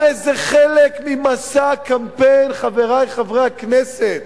הרי זה חלק ממסע קמפיין, חברי חברי הכנסת,